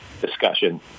discussion